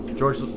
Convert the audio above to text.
George